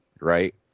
right